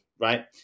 right